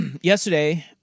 yesterday